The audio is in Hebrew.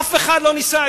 אף אחד לא ניסה,